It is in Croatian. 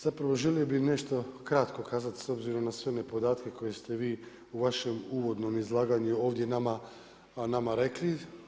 Zapravo želio bih nešto ukratko kazati s obzirom na sve one podatke koje ste vi u vašem uvodnome izlaganju ovdje nama rekli.